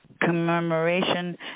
commemoration